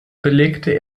belegte